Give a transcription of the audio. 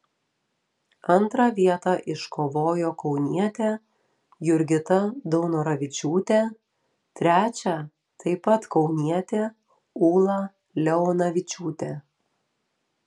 antrą vietą iškovojo kaunietė jurgita daunoravičiūtė trečią taip pat kaunietė ūla leonavičiūtė